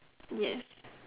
ya